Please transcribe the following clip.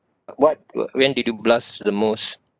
what were when did you blush the most